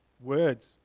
words